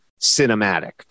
cinematic